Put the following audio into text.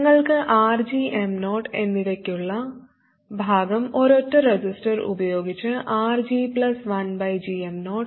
നിങ്ങൾക്ക് RG M0 എന്നിവയ്ക്കുള്ള ഭാഗം ഒരൊറ്റ റെസിസ്റ്റർ ഉപയോഗിച്ച് RG 1gm0